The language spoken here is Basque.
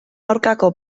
aurkako